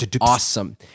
awesome